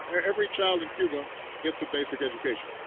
every child in cuba gets a basic education.